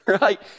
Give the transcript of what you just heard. right